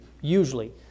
usually